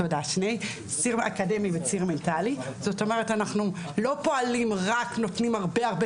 זאת אומרת אנחנו לא נותנים הרבה הרבה